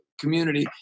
community